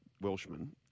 Welshman